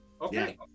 Okay